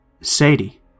Sadie